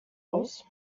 aus